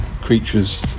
creatures